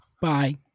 Bye